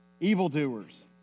evildoers